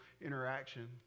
interaction